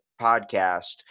podcast